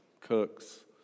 cooks